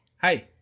hi